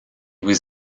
was